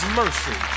mercy